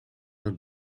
het